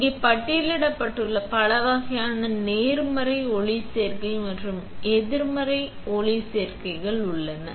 இங்கே பட்டியலிடப்பட்டுள்ள பல வகையான நேர்மறை ஒளிச்சேர்க்கை மற்றும் எதிர்மறை ஒளிச்சேர்க்கைகள் உள்ளன